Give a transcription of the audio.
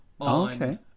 okay